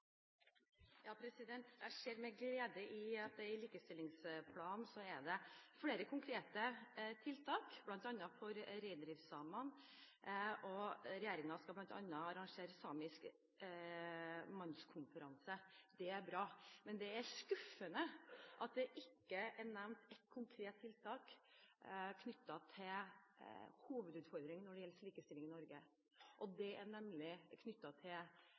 Jeg ser med glede at det i likestillingsplanen er flere konkrete tiltak, bl.a. for reindriftssamene. Regjeringen skal bl.a. arrangere samisk mannskonferanse. Det er bra. Men det er skuffende at det ikke er nevnt ett konkret tiltak knyttet til hovedutfordringen når det gjelder likestilling i Norge, nemlig minoritetskvinnene og det